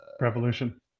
revolution